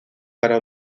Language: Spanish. para